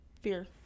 Fear